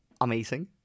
Amazing